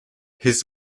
his